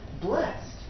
blessed